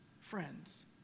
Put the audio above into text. friends